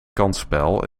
kansspel